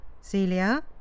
Celia